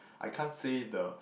I can't say the